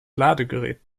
ladegerät